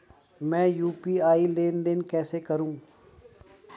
मैं यू.पी.आई लेनदेन कैसे करूँ?